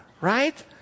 Right